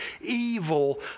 evil